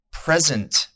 Present